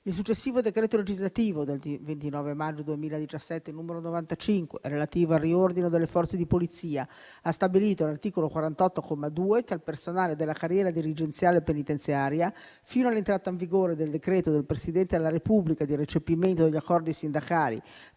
Il successivo decreto legislativo del 29 maggio 2017 n. 95, relativo al riordino delle Forze di polizia, ha stabilito, all'articolo 48, comma 2, che il personale della carriera dirigenziale penitenziaria, fino all'entrata in vigore del decreto del Presidente della Repubblica di recepimento degli accordi sindacali